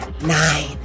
Nine